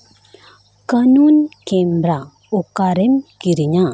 ᱠᱟᱹᱱᱩᱱ ᱠᱮᱢᱨᱟ ᱚᱠᱟᱨᱮᱢ ᱠᱤᱨᱤᱧᱟ